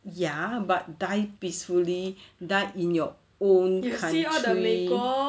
ya but die peacefully died in your own country